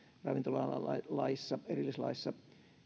ravintola alan laissa erillislaissa